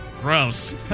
Gross